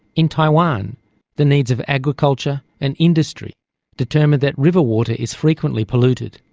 in taiwan the needs of agriculture and industry determine that river water is frequently polluted,